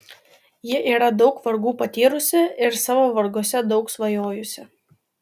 ji yra daug vargų patyrusi ir savo varguose daug svajojusi